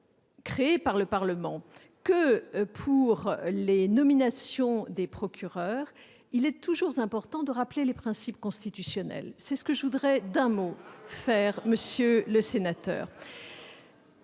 créées par le Parlement comme des nominations des procureurs, il est toujours important de rappeler les principes constitutionnels. C'est ce que je voudrais faire en quelques mots, monsieur le sénateur.